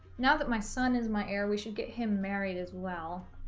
now that my son is my heir we should get him married as well